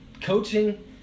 Coaching